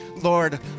Lord